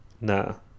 No